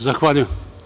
Zahvaljujem.